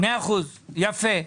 יפה.